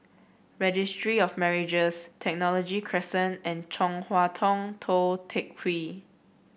Registry of Marriages Technology Crescent and Chong Hua Tong Tou Teck Hwee